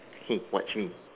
hey watch me